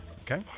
okay